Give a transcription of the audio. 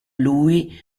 lui